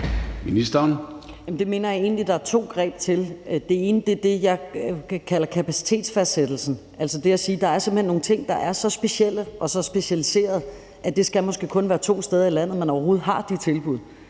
Det mener jeg egentlig der er to greb til. Det ene er det, jeg kalder kapacitetsfastsættelsen, altså det at sige, at der simpelt hen er nogle ting, der er så specielle og så specialiserede, at det måske kun skal være to steder i landet, man overhovedet har de tilbud,